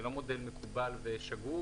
זה לא מודל מקובל ושגור,